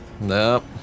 Nope